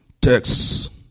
text